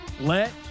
Let